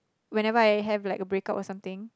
whenever I had a breakup or something